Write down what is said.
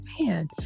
man